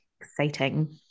exciting